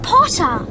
Potter